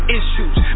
issues